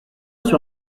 sur